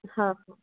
आम्